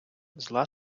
зла